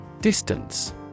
Distance